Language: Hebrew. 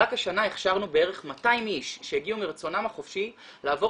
רק השנה הכשרנו בערך 200 איש שהגיעו מרצונם החופשי לעבור